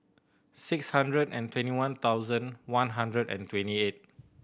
six hundred and twenty one thousand one hundred and twenty eight